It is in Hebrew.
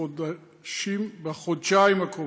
בחודשיים הקרובים.